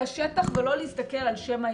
על השטח ולא להסתכל על שם העיר.